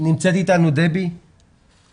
נמצאת אתנו ב-זום דבי